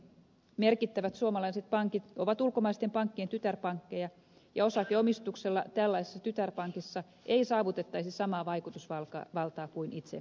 merkittävät suomalaiset pankit ovat ulkomaisten pankkien tytärpankkeja ja osakeomistuksella tällaisessa tytärpankissa ei saavutettaisi samaa vaikutusvaltaa kuin itse emossa